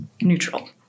neutral